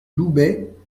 loubet